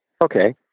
Okay